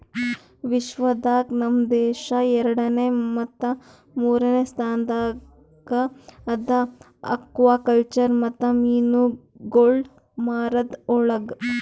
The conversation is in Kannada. ವಿಶ್ವ ದಾಗ್ ನಮ್ ದೇಶ ಎರಡನೇ ಮತ್ತ ಮೂರನೇ ಸ್ಥಾನದಾಗ್ ಅದಾ ಆಕ್ವಾಕಲ್ಚರ್ ಮತ್ತ ಮೀನುಗೊಳ್ ಮಾರದ್ ಒಳಗ್